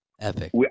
epic